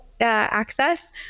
access